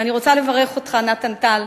ואני רוצה לברך אותך, נתן טל,